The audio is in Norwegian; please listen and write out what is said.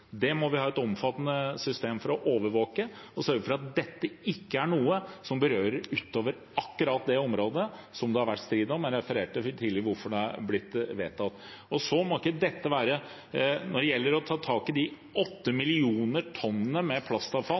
Det må vi ha et omfattende system for å overvåke og sørge for at dette ikke berører noe utover akkurat det området som det har vært strid om. Jeg refererte tidligere hvorfor det er blitt vedtatt. Når det gjelder å ta tak i de 8 mill. tonn med plastavfall